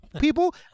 people